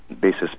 basis